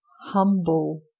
Humble